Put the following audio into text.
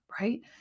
right